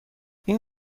این